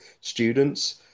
students